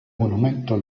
monumento